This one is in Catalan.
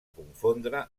confondre